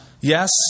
Yes